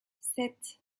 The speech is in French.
sept